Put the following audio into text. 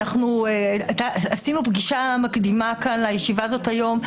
אנחנו עשינו פגישה מקדימה כאן לישיבה הזאת היום.